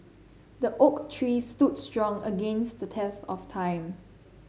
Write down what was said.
the oak tree stood strong against the test of time